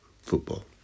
football